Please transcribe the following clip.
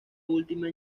última